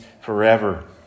forever